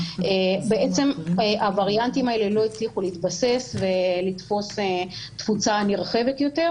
בעצם הווריאנטים האלה לא הצליחו להתבסס ולתפוס תפוצה נרחבת יותר,